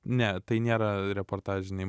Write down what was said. ne tai nėra reportažiniai